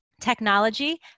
technology